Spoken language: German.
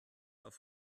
auf